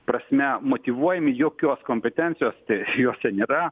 prasme motyvuojami jokios kompetencijos juose nėra